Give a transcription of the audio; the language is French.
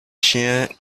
chiens